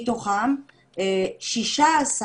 מתוכם 16,